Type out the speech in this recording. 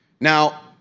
Now